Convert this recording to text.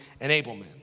enablement